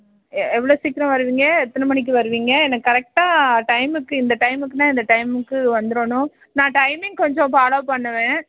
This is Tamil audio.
எவ்வளோ சீக்கிரம் வருவீங்க எத்தனை மணிக்கு வருவீங்க எனக்கு கரெக்டாக டைமுக்கு இந்த டைமுக்குன்னா இந்த டைமுக்கு வந்துடணும் நான் டைமிங் கொஞ்சம் ஃபாலோ பண்ணுவேன்